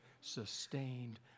sustained